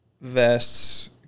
vests